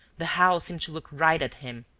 the house seemed to look right at him.